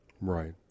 Right